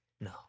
No